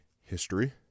history